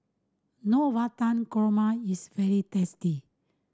Navratan Korma is very tasty